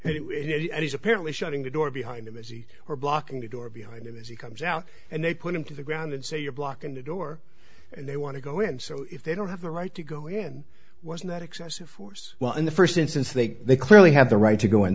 next and he's apparently shutting the door behind him if he were blocking the door behind him as he comes out and they put him to the ground and say you're blocking the door and they want to go in so if they don't have the right to go and was in that excessive force well in the first instance they they clearly have the right to go